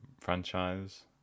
franchise